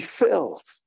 filled